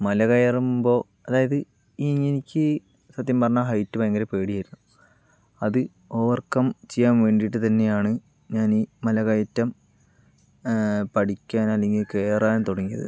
മല കയറുമ്പോൾ അതായത് ഈ എനിക്ക് സത്യം പറഞ്ഞാ ഹൈറ്റ് ഭയങ്കര പേടിയായിരുന്നു അത് ഓവർകം ചെയ്യാൻ വേണ്ടീട്ട് തന്നെയാണ് ഞാന് മലകയറ്റം പഠിക്കാൻ അല്ലെങ്കിൽ കയറാൻ തുടങ്ങിയത്